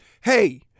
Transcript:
hey